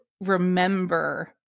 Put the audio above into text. remember